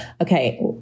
Okay